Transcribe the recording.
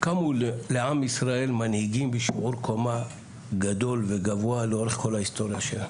קמו לעם ישראל מנהיגים בשיעור קומה גדול וגבוה לאורך כל ההיסטוריה שלה.